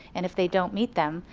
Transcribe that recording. and if they don't meet them,